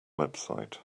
website